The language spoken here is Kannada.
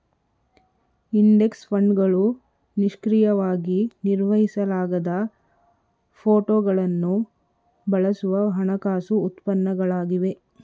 ಇಂಡೆಕ್ಸ್ ಫಂಡ್ಗಳು ನಿಷ್ಕ್ರಿಯವಾಗಿ ನಿರ್ವಹಿಸಲಾಗದ ಫೋಟೋಗಳನ್ನು ಬಳಸುವ ಹಣಕಾಸು ಉತ್ಪನ್ನಗಳಾಗಿವೆ